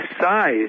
size